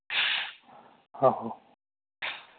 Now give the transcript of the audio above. आहो